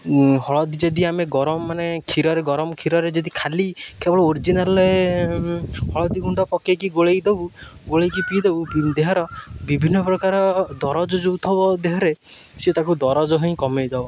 ହଳଦୀ ଯଦି ଆମେ ଗରମ ମାନେ କ୍ଷୀରରେ ଗରମ କ୍ଷୀରରେ ଯଦି ଖାଲି କେବଳ ଓରିଜିନାଲ ହଳଦୀ ଗୁଣ୍ଡ ପକେଇକି ଗୋଳେଇ ଦେବୁ ଗୋଳେଇକି ପିଇଦେବୁ ଦେହର ବିଭିନ୍ନ ପ୍ରକାର ଦରଜ ଯେଉଁ ଥିବ ଦେହରେ ସିଏ ତାକୁ ଦରଜ ହିଁ କମେଇ ଦେବ